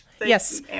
Yes